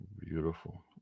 Beautiful